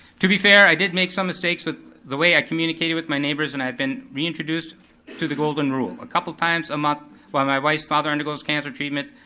to be fair, i did make some mistakes with the way i communicated with my neighbors and i have been reintroduced to the golden rule. a couple times a month while my wife's father undergoes cancer treatment,